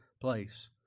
place